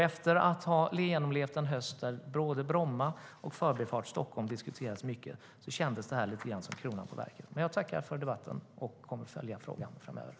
Efter att ha genomlevt en höst där både Bromma flygplats och Förbifart Stockholm diskuterades mycket känns det här lite grann som kronan på verket. Jag tackar för debatten och kommer att följa frågan framöver.